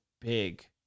big